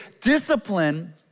discipline